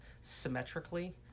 symmetrically